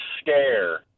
scare